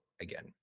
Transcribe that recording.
again